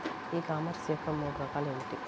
E commerce యొక్క మూడు రకాలు ఏమిటి?